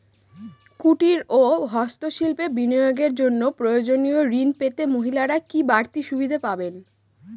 কুটীর ও হস্ত শিল্পে বিনিয়োগের জন্য প্রয়োজনীয় ঋণ পেতে মহিলারা কি বাড়তি সুবিধে পাবেন?